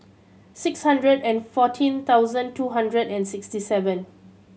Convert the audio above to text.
six hundred and fourteen thousand two hundred and sixty seven